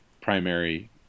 primary